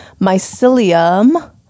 mycelium